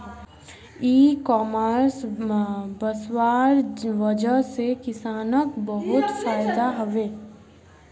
इ कॉमर्स वस्वार वजह से किसानक बहुत फायदा हबे